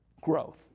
growth